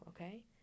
okay